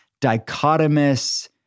dichotomous